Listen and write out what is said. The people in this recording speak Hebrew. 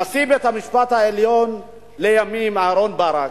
נשיא בית-המשפט העליון לימים, אהרן ברק,